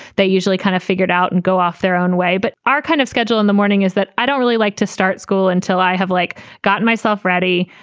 they usually kind of figured out and go off their own way. but our kind of schedule in the morning is that i don't really like to start school until i have like gotten myself ready.